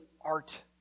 art